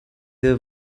their